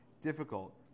difficult